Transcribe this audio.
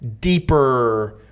deeper